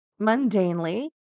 mundanely